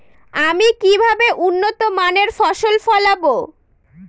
আমি কিভাবে উন্নত মানের ফসল ফলাবো?